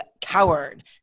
Coward